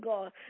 God